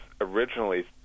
originally